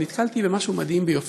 אבל נתקלתי במשהו מדהים ביופיו: